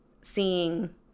seeing